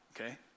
okay